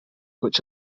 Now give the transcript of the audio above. which